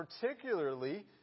Particularly